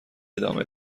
ادامه